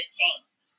change